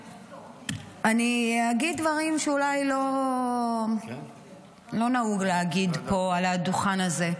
אני אגיד דברים שאולי לא נהוג להגיד פה על הדוכן הזה,